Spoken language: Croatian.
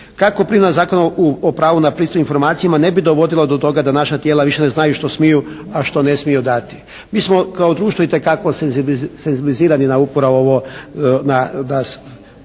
kako primjena Zakona o pravu na pristup informacijama ne bi dovodilo do toga da naša tijela više ne znaju što smiju, a što ne smiju dati. Mi smo kao društvo itekako senzibilizirani na upravo ovo,